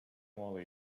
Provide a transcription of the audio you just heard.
moly